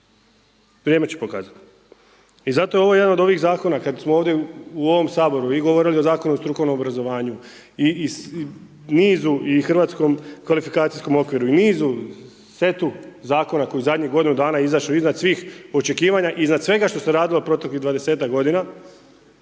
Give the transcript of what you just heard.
Vrijeme će pokazati. I zato je ovo jedan od ovih zakona kada smo ovdje u ovom Saboru i govorili o Zakonu o strukovnom obrazovanju i nizu i HKO-u, i nizu, setu zakona koji je u zadnjih godinu dana izašao iznad svih očekivanja i iznad svega što se radilo proteklih 20-ak godina.